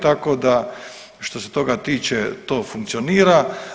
Tako da što se toga tiče to funkcionira.